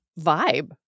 vibe